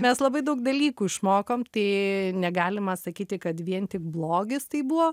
mes labai daug dalykų išmokom tai negalima sakyti kad vien tik blogis tai buvo